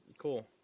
Cool